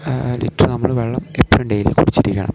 litre നമ്മൾ വെള്ളം എപ്പോഴും ഡെയിലി കുടിച്ചിരിക്കണം